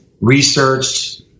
researched